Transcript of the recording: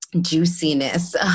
juiciness